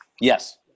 yes